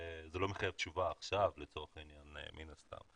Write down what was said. זה לא מחייב תשובה עכשיו מן הסתם.